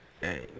Hey